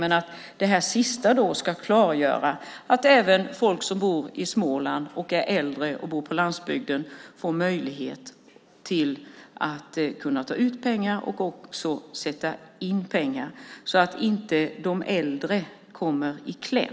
Det sista ministern sade ska i så fall klargöra att även folk som bor på landsbygden i Småland och är äldre får möjlighet att ta ut och sätta in pengar, så att de äldre inte kommer i kläm.